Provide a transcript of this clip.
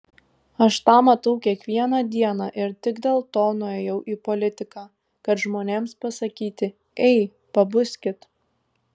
aš tą matau kiekvieną dieną ir tik dėl to nuėjau į politiką kad žmonėms pasakyti ei pabuskit